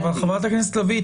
חברת הכנסת לביא,